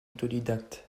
autodidacte